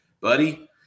buddy